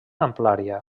amplària